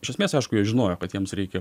iš esmės aišku jie žinojo kad jiems reikia